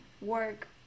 work